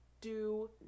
do-